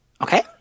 Okay